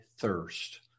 thirst